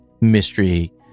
mystery